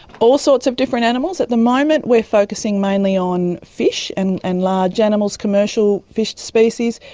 all sorts of different animals. at the moment we're focusing mainly on fish and and large animals, commercial fish species,